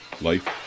life